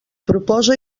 proposa